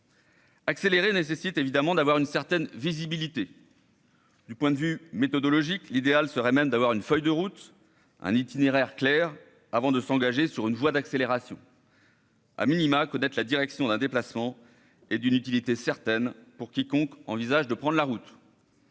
Accélérer nécessite évidemment d'avoir une certaine visibilité du point de vue méthodologique, l'idéal serait même d'avoir une feuille de route, un itinéraire clair avant de s'engager sur une voie d'accélération. à minima, connaître la direction d'un déplacement et d'une utilité certaine pour quiconque envisage de prendre la route.